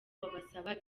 babasaba